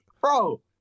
Bro